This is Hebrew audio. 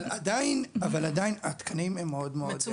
אבל עדיין התקנים הם מאוד מצומצמים,